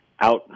out